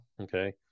Okay